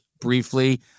briefly